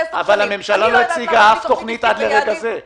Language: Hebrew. הממשלה לא הציגה שום תוכנית עד לרגע זה,